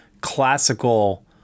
classical